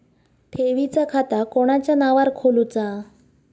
ठेवीचा खाता कोणाच्या नावार खोलूचा?